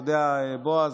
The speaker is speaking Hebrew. אתה יודע, בועז,